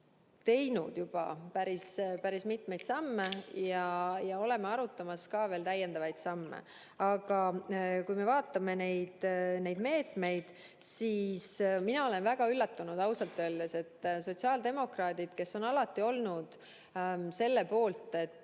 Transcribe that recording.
teinud juba päris mitmeid samme ja arutame ka veel täiendavaid samme, aga kui me vaatame neid meetmeid, siis mina olen väga üllatunud ausalt öeldes, et sotsiaaldemokraadid, kes on alati olnud selle poolt, et